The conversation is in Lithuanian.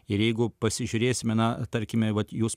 ir jeigu pasižiūrėsime na tarkime vat jūs